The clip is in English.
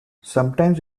sometimes